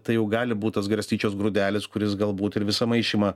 tai jau gali būti tas garstyčios grūdelis kuris galbūt ir visą maišymą